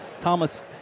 Thomas